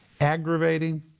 aggravating